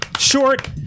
Short